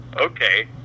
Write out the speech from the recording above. okay